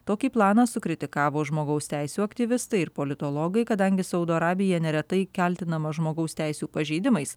tokį planą sukritikavo žmogaus teisių aktyvistai ir politologai kadangi saudo arabija neretai kaltinama žmogaus teisių pažeidimais